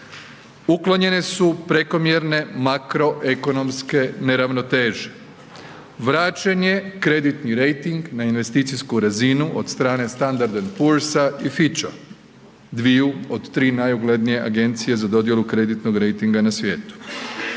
Uklonjene su prekomjerne makroekonomske neravnoteže. Vraćen je krediti rejting na investiciju razinu od strane Standard & Poors i Fitcha, dviju od tri najuglednije agencije za dodjelu kreditnog rejtinga na svijetu.